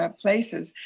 ah places,